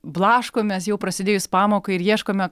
blaškomės jau prasidėjus pamokai ir ieškome